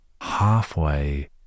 halfway